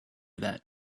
that